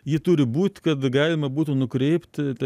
ji turi būt kad galima būtų nukreipt tai